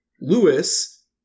Lewis